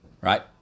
right